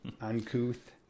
uncouth